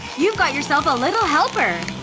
you've got yourself a little helper!